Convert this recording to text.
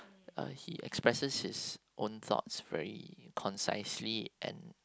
uh he expresses his own thoughts very concisely and